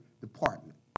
department